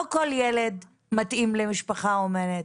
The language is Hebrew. לא כל ילד מתאים למשפחה אומנת.